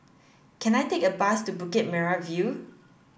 can I take a bus to Bukit Merah View